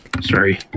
sorry